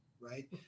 right